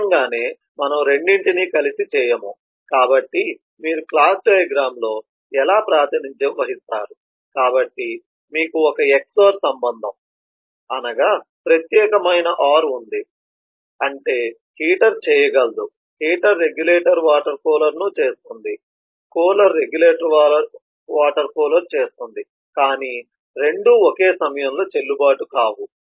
సహజంగానే మనము రెండింటినీ కలిసి చేయము కాబట్టి మీరు క్లాస్ డయాగ్రమ్ లో ఎలా ప్రాతినిధ్యం వహిస్తారు కాబట్టి మీకు ఒక XOR సంబంధం అనగా ప్రత్యేకమైన OR ఉంది అంటే హీటర్ చేయగలదు హీటర్ రెగ్యులేటర్ వాటర్ కూలర్ను చేస్తుంది కూలర్ రెగ్యులర్ వాటర్ కూలర్ చేస్తుంది కానీ రెండూ ఒకే సమయంలో చెల్లుబాటు కావు